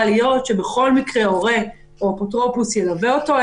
להיות שהורה או אפוטרופוס ילווה אותו,